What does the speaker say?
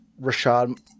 Rashad